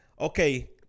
Okay